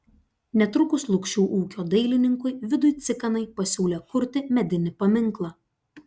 netrukus lukšių ūkio dailininkui vidui cikanai pasiūlė kurti medinį paminklą